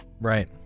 Right